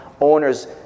owners